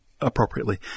appropriately